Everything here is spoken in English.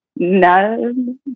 No